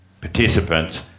participants